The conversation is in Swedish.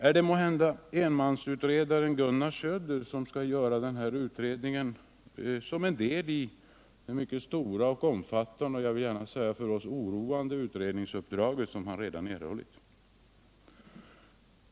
Är det måhända enmansutredaren Gunnar Söder som skall göra utredningen som en del i det mycket omfattande och, vill jag gärna säga, för oss oroande utredningsuppdrag som han redan erhållit?